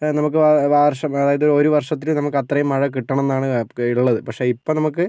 ആ നമുക്ക് വർഷം നമുക്ക് അതായത് ഒരു വർഷത്തിൽ നമുക്ക് അത്രയും മഴ കിട്ടണം എന്നാണ് അപ്ഗ്രേഡ്ടുള്ളത് പക്ഷേ ഇപ്പോൾ നമുക്ക്